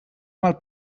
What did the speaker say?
mal